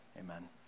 Amen